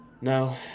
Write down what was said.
No